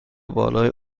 بالای